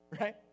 right